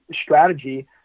strategy